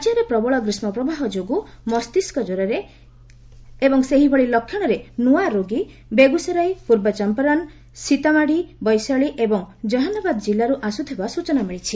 ରାଜ୍ୟରେ ପ୍ରବଳ ଗ୍ରୀଷ୍କପ୍ରବାହ ଯୋଗୁଁ ମସ୍ତିଷ୍କ କ୍ୱରରେ ଏବଂ ସେହିଭଳି ଲକ୍ଷଣର ନୂଆ ରୋଗୀ ବେଗୁସରାଇ ପୂର୍ବଚମ୍ପରରନ୍ ସୀତାମାଢ଼ି ବୈଶାଳୀ ଏବଂ ଜେହାନ୍ବାଦ ଜିଲ୍ଲାରୁ ଆସୁଥିବା ସୂଚନା ମିଳିଛି